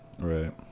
Right